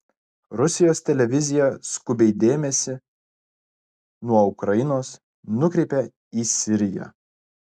rusijos televizija skubiai dėmesį nuo ukrainos nukreipia į siriją